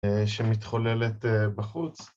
שמתחוללת בחוץ